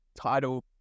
title